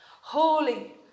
Holy